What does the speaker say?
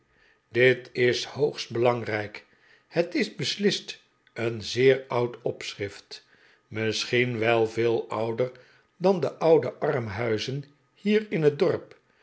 dit is hoogst belangrijk het is beslist een zeer oud opschrift misschien wei veel ouder dan de oude armhuizen hier in het dorp